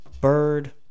bird